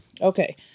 Okay